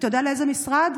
ואתה יודע לאיזה משרד?